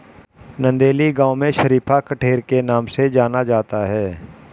नंदेली गांव में शरीफा कठेर के नाम से जाना जाता है